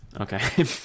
Okay